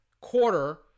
quarter